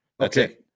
Okay